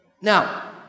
Now